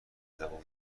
زبون